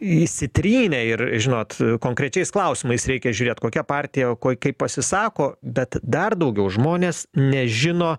įsitrynę ir žinot konkrečiais klausimais reikia žiūrėt kokia partijo kaip pasisako bet dar daugiau žmonės nežino